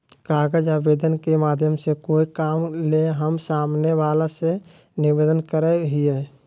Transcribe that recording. कागज आवेदन के माध्यम से कोय काम ले हम सामने वला से निवेदन करय हियय